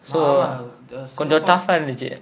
மாமா:maamaa the singapore